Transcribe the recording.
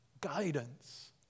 guidance